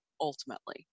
ultimately